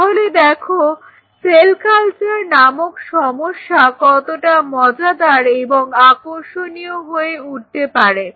তাহলে দেখো cell culture নামক সমস্যা কতটা মজাদার এবং আকর্ষণীয় হয়ে উঠতে পারে